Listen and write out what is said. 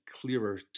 clearer